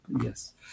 yes